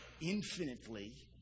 infinitely